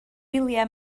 wyliau